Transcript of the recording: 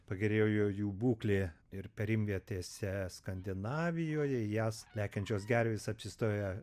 pagerėjo jų būklė ir perimvietėse skandinavijoje jas lekiančios gervės apsistoja